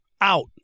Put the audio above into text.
out